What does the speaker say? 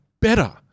better